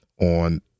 on